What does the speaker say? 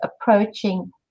approaching